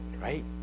right